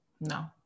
no